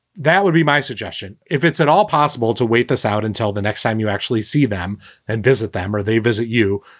that would be my suggestion. if it's at all possible to wait this out until the next time you actually see them and visit them or they visit you,